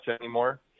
anymore